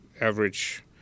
average